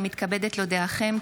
אני מתכבדת להודיעכם,